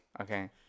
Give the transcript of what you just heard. okay